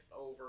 over